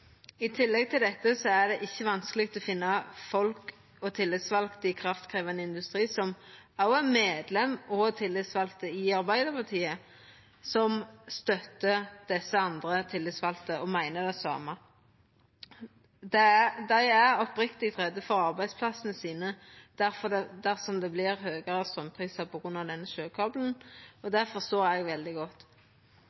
I tillegg til dette er det ikkje vanskeleg å finna folk og tillitsvalde i kraftkrevjande industri som òg er medlemar og tillitsvalde i Arbeidarpartiet, som støttar desse andre tillitsvalde og meiner det same. Dei er oppriktig redde for arbeidsplassane sine dersom det vert høgare straumprisar på grunn av denne sjøkabelen, og